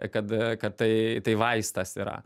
kad kad tai tai vaistas yra